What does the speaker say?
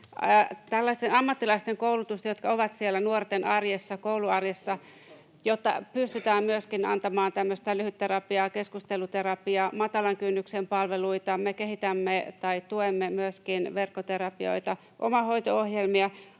ammattilaisten koulutusta, jotka ovat siellä nuorten arjessa, kouluarjessa, jotta pystytään myöskin antamaan tämmöistä lyhytterapiaa, keskusteluterapiaa, matalan kynnyksen palveluita. Me tuemme myöskin verkkoterapioita ja omahoito‑ohjelmia.